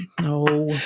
no